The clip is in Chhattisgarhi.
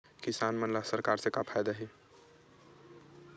किसान मन ला सरकार से का फ़ायदा हे?